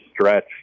stretch